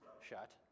shut